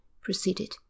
Proceeded